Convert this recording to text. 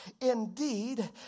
indeed